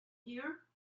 here